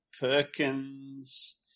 Perkins